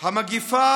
המגפה